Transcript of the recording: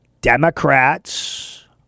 Democrats